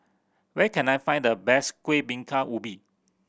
where can I find the best Kueh Bingka Ubi